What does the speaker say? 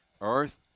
earth